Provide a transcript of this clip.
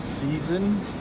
season